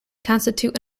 constitute